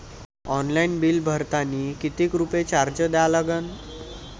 Online bill भरतानी कितीक रुपये चार्ज द्या लागन?